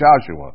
Joshua